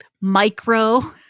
micro